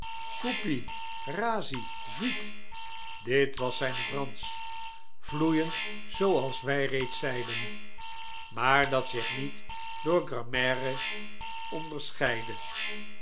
rasy vitel ditwas zijn fransch vloeiend zooals wij reeds zeiden maar dat zich niet door grammaire onderscheidde